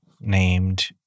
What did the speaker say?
named